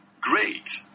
great